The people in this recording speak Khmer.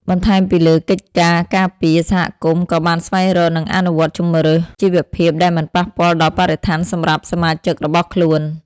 បន្ថែមពីលើកិច្ចការការពារ សហគមន៍ក៏បានស្វែងរក និងអនុវត្តជម្រើសជីវភាពដែលមិនប៉ះពាល់ដល់បរិស្ថានសម្រាប់សមាជិករបស់ខ្លួន។